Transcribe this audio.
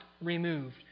removed